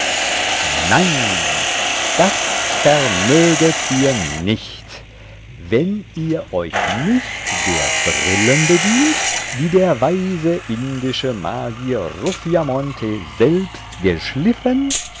nein das vermöget ihr nicht wenn ihr euch nicht der brillen bedient die der weise indische magier ruffiamonte selbst geschliffen